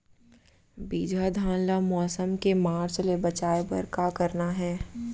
बिजहा धान ला मौसम के मार्च ले बचाए बर का करना है?